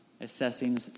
assessing